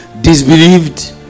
disbelieved